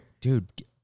dude